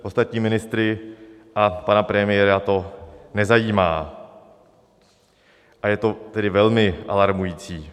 Ostatní ministry a pana premiéra to nezajímá a je to velmi alarmující.